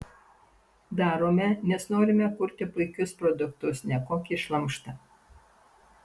darome nes norime kurti puikius produktus ne kokį šlamštą